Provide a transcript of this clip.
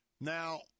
Now